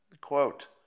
quote